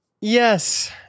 Yes